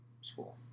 school